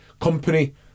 Company